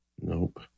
Nope